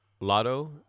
lotto